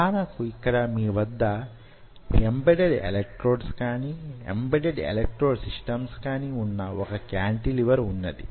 ఉదాహరణకు యిక్కడ మీ వద్ద ఎంబెడెడ్ ఎలక్ట్రోడ్స్ కాని ఎంబెడెడ్ ఎలక్ట్రోడ్ సిస్టమ్స్ కాని వున్న వొక కాంటిలివర్ వున్నది